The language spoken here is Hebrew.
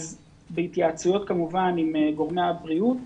בהתייעצויות כמובן עם גורמי הבריאות,